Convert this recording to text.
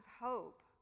hope